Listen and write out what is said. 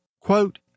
Quote